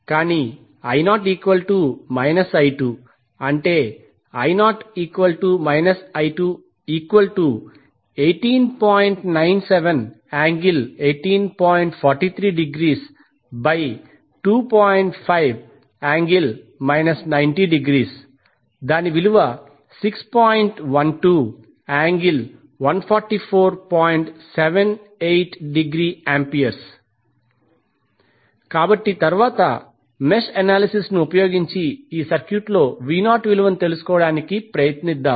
కానీ కాబట్టి తరువాత మెష్ అనాలిసిస్ ను ఉపయోగించి ఈ సర్క్యూట్లో విలువను తెలుసుకోవడానికి ప్రయత్నిద్దాం